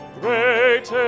great